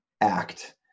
act